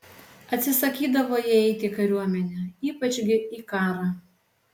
atsisakydavo jie eiti į kariuomenę ypač gi į karą